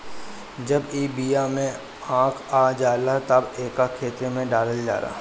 जब ई बिया में आँख आ जाला तब एके खेते में डालल जाला